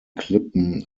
klippen